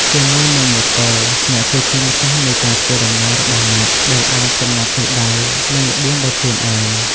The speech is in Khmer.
ជាមួយនឹងម៉ូតូ អ្នកគឺជាម្ចាស់នៃការធ្វើដំណើររបស់អ្នក ដែលអាចកំណត់ទិសដៅ និងល្បឿនដោយខ្លួនឯង។